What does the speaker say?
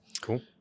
Cool